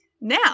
Now